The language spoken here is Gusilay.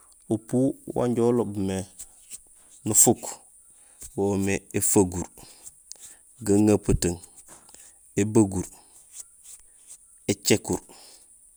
Upu wanja uloob mé nufuk wo woomé: éfaguur, gaŋeputung, ébeguur, écékuur.